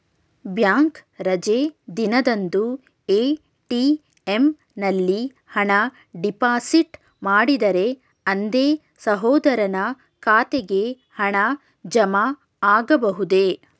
Bank ರಜೆ ದಿನದಂದು ATM ನಲ್ಲಿ ಹಣ ಡಿಪಾಸಿಟ್ ಮಾಡಿದರೆ ಅಂದೇ ಸಹೋದರನ ಖಾತೆಗೆ ಹಣ ಜಮಾ ಆಗಬಹುದೇ?